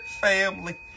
family